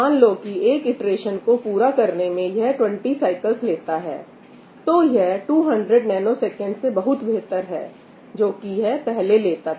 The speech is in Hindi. मान लो कि एक इटरेशन को पूरा करने में यह 20 साइकिल्स लेता है तो यह 200 ns से बहुत बेहतर हैजो कि यह पहले लेता था